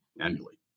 annually